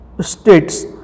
states